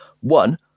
One